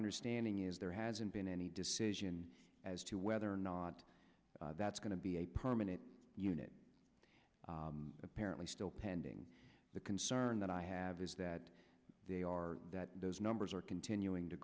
standing is there hasn't been any decision as to whether or not that's going to be a permanent unit apparently still pending the concern that i have is that they are that those numbers are continuing to